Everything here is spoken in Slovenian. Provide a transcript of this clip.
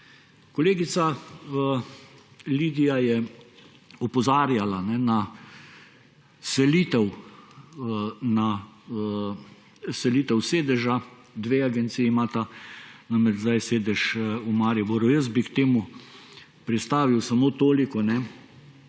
Kolegica Lidija je opozarjala na selitev sedeža, dve agenciji imata namreč zdaj sedež v Mariboru. Jaz bi k temu pristavil samo toliko,